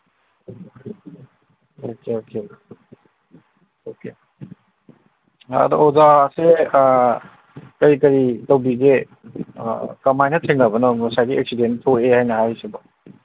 okay okay okay ꯑꯗꯣ ꯑꯣꯖꯥꯁꯦ ꯀꯔꯤ ꯀꯔꯤ ꯇꯧꯕꯤꯒꯦ ꯀꯃꯥꯏꯅ ꯊꯦꯡꯅꯕꯅꯣ ꯉꯁꯥꯏꯒꯤ ꯑꯦꯛꯁꯤꯗꯦꯟ ꯊꯣꯛꯑꯦ ꯍꯥꯏꯅ ꯍꯥꯏꯔꯤꯁꯤꯕꯣ